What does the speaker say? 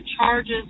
charges